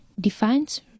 defines